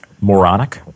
Moronic